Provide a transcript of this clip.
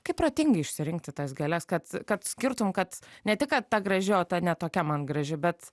kaip protingai išsirinkti tas gėles kad kad skirtum kad ne tik kad ta graži o ta ne tokia man graži bet